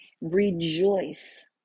Rejoice